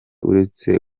uretse